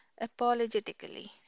apologetically